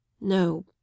No